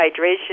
hydration